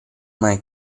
mai